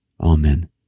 Amen